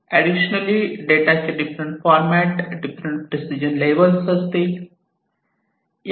additionally डेटाचे different format different precision level असतील